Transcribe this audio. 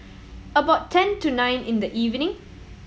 about ten to nine in the evening